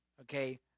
okay